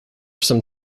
some